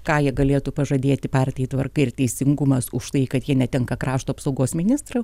ką jie galėtų pažadėti partijai tvarka ir teisingumas už tai kad jie netenka krašto apsaugos ministro